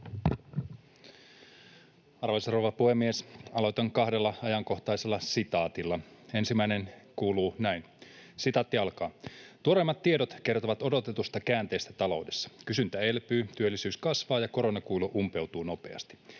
Arvoisa rouva puhemies! Aloitan kahdella ajankohtaisella sitaatilla. Ensimmäinen kuuluu näin: ”Tuoreimmat tiedot kertovat odotetusta käänteestä taloudessa. Kysyntä elpyy, työllisyys kasvaa ja koronakuilu umpeutuu nopeasti.